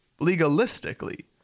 Legalistically